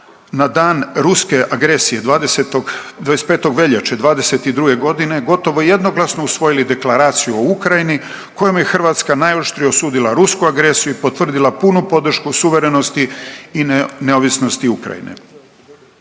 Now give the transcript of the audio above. na dan ruske agresije 25. veljače '22. godine, gotovo jednoglasno usvojili deklaraciju o Ukrajini kojom je Hrvatska najoštrije osudila rusku agresiju i potvrdila punu podršku suverenosti i neovisnosti Ukrajine.